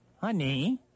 Honey